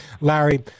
Larry